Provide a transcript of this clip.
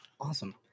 Awesome